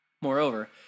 Moreover